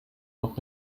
noch